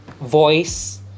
voice